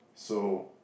so